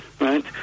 right